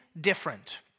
different